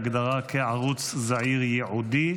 הגדרה כערוץ זעיר ייעודי.